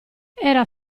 era